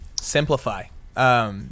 Simplify